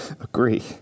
agree